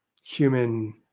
human